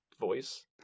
voice